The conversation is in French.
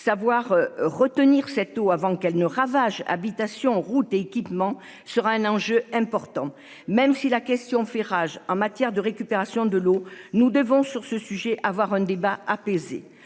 savoir retenir cette eau avant qu'elle ne ravage habitations routes équipements sera un enjeu important, même si la question fait rage en matière de récupération de l'eau, nous devons sur ce sujet, avoir un débat apaisé.